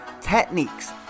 techniques